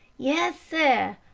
yes, seh,